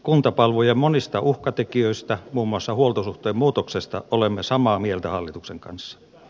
kuntapalvelujen monista uhkatekijöistä muun muassa huoltosuhteen muutoksesta olemme samaa mieltä hallituksen kanssa